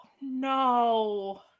no